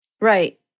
Right